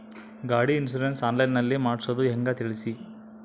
ಗಾಡಿ insurance online ನಲ್ಲಿ ಮಾಡ್ಸೋದು ಹೆಂಗ ತಿಳಿಸಿ?